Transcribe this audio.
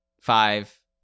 Five